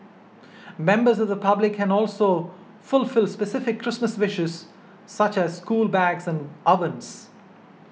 members the public can also fulfil specific Christmas wishes such as school bags and ovens